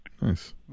nice